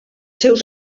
seus